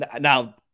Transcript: Now